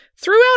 Throughout